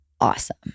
awesome